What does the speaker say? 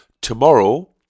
tomorrow